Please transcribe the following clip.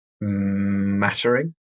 mattering